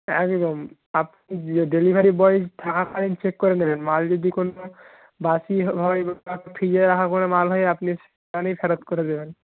একদম আপনি delivery boy থাকাকালীন চেক করে নেবেন মাল যদি কোনো বাসি হয় বা ফ্রিজে রাখা কোনো মাল হয় আপনি তাহলেই ফেরত করে দেবেন